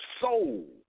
soul